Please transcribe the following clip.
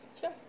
Sure